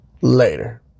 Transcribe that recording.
later